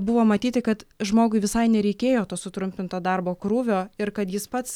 buvo matyti kad žmogui visai nereikėjo to sutrumpinto darbo krūvio ir kad jis pats